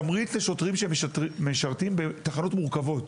תמריץ לשוטרים שמשרתים בתחנות מורכבות,